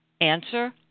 Answer